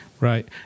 Right